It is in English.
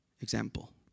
example